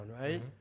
right